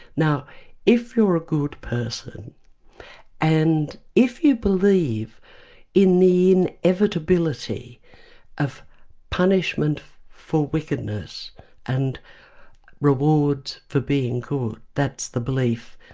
now if you're a good person and if you believe in the inevitability of punishment for wickedness and rewards for being good, that's the belief,